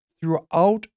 throughout